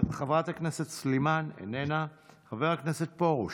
חברת הכנסת סלימאן, איננה, חבר הכנסת פרוש,